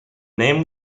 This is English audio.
name